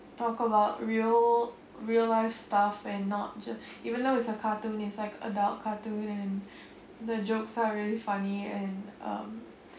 talk about real real life stuff and not just even though is a cartoon is like adult cartoon and the jokes are really funny and um